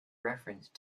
reference